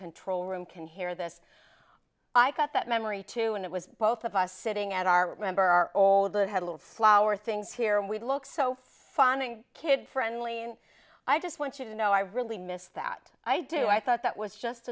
control room can hear this i got that memory too and it was both of us sitting at our remember our old head a little flower things here we look so finding kid friendly and i just want you to know i really miss that i do i thought that